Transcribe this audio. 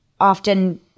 often